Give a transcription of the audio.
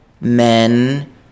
men